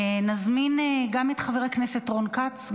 נזמין את חבר הכנסת רון כץ,